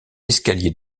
escalier